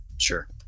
Sure